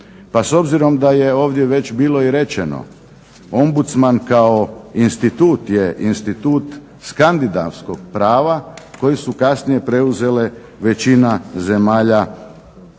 Pa s obzirom da je ovdje već bilo i rečeno ombudsman kao insitut je institut skandinavskog prava koje su kasnije preuzele većina zemalja